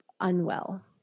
unwell